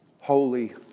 holy